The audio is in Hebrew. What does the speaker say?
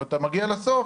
וכשאתה מגיע לסוף